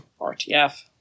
RTF